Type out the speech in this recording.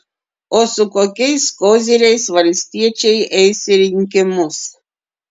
o su kokiais koziriais valstiečiai eis į rinkimus